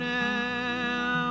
now